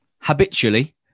habitually